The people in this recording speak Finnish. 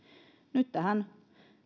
nyt tähän